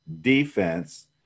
defense